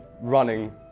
running